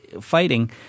fighting